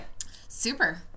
Super